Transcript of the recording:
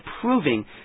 proving